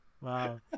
Wow